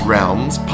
Realms